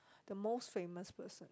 the most famous person